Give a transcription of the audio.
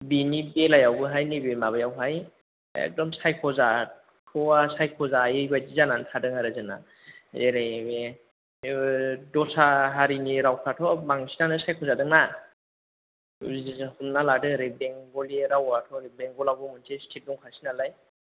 बेनि बेलायावबोहाय नैबे माबायावहाय एकदम सायख' जाथ'वा सायख'जायै बादि जानानै थादों आरो जोंना जेरै बे दस्रा हारिनि रावफ्राथ' बांसिनानो सायख' जादोंना बेबो बिदिनो हमना लादो ओरै बेंगलि रावाथ' ओरै बेंगलावबो मोनसे स्टेट दंखासै नालाय